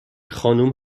خانوم